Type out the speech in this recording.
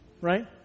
right